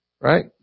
right